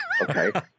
okay